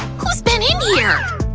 who's been in here!